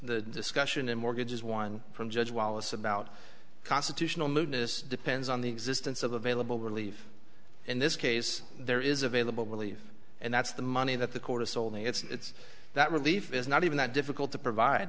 the discussion and mortgages one from judge wallace about constitutional moved this depends on the existence of available relief in this case there is available belief and that's the money that the court is sold me it's that relief is not even that difficult to provide